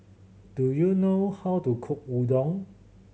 do you know how to cook Udon